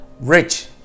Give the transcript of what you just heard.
Rich